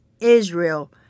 Israel